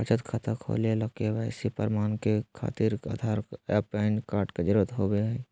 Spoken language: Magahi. बचत खाता खोले ला के.वाइ.सी प्रमाण के खातिर आधार आ पैन कार्ड के जरुरत होबो हइ